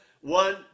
one